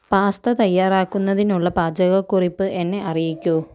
pasta തയ്യാറാക്കുന്നതിനുള്ള പാചകക്കുറിപ്പ് എന്നെ അറിയിക്കൂ